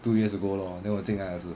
two years ago lor then 我进来也是